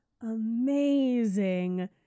amazing